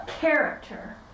character